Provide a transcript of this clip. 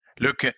Look